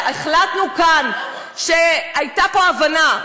החלטנו כאן שהייתה פה הבנה,